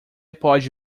pode